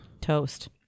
Toast